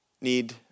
need